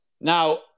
Now